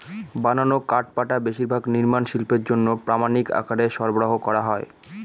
বানানো কাঠপাটা বেশিরভাগ নির্মাণ শিল্পের জন্য প্রামানিক আকারে সরবরাহ করা হয়